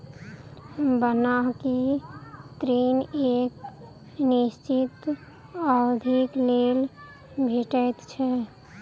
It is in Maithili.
बन्हकी ऋण एक निश्चित अवधिक लेल भेटैत छै